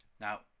Now